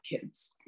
kids